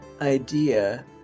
idea